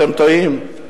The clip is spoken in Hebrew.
אתם טועים.